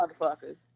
motherfuckers